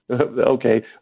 Okay